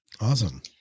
awesome